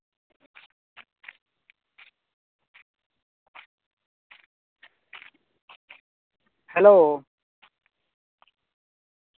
hello